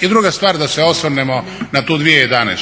I druga stvar da se osvrnemo na tu 2011.